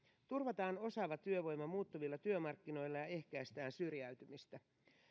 turvataan osaava työvoima muuttuvilla työmarkkinoilla ja ehkäistään syrjäytymistä